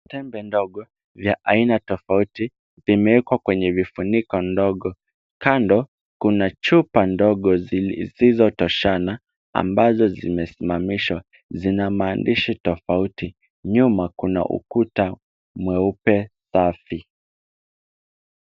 Tembe ndogo za aina tofauti zimewekwa kwenye vifuniko ndogo. Kando kuna chupa ndogo zisizotoshana ambazo zimesimamishwa zina maandishi tofauti. Nyuma kuna ukuta mweupe safi.